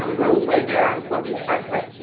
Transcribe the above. um roadway there on columbia park road.